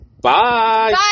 bye